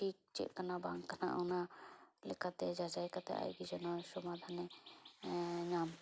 ᱥᱚᱴᱷᱤᱠ ᱪᱮᱫ ᱠᱟᱱᱟ ᱵᱟᱝ ᱠᱟᱱᱟ ᱚᱱᱟ ᱞᱮᱠᱟᱛᱮ ᱡᱟᱪᱟᱭ ᱠᱟᱛᱮ ᱟᱡᱜᱮ ᱡᱮᱱᱚᱭ ᱥᱚᱢᱟᱫᱷᱟᱱᱮ ᱧᱟᱢ